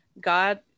God